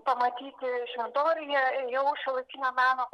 pamatyti šventoriuje jau šiuolaikinio meno